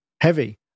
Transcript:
heavy